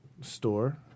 store